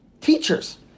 teachers